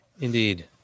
Indeed